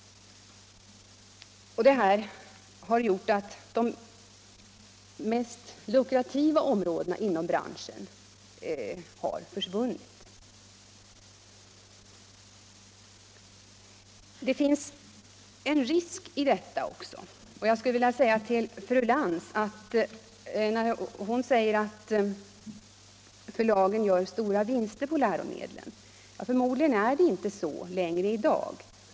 Det här har gjort att de mest lukrativa områdena inom branschen har försvunnit. Det finns en risk i detta också. Fru Lantz menar att förlagen gör stora vinster på läromedlen, men jag vill säga till henne att det förmodligen inte är så i dag.